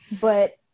But-